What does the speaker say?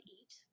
eat